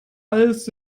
als